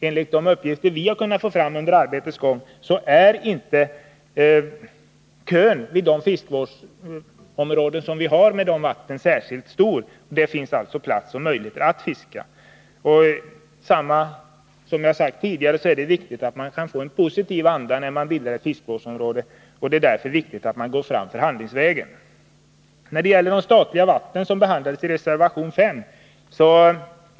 Enligt de uppgifter som vi under arbetets gång har kunnat få fram är inte kön till befintliga fiskevårdsområden särskilt lång. Det finns alltså plats. Och som jag har sagt tidigare är det viktigt att det skapas en positiv anda när man bildar ett fiskevårdsområde. Det är därför angeläget att man går fram förhandlingsvägen. I reservation 5 behandlas de statliga vattnen.